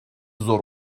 zor